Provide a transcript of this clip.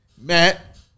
matt